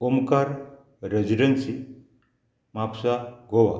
Omkar residency Mapusa Goa